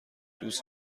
دوست